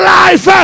life